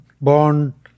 born